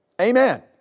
Amen